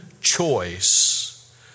choice